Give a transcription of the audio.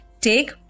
take